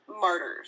Martyrs